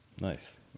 Nice